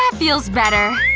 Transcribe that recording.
ah feels better.